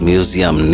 Museum